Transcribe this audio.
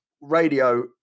radio